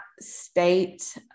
state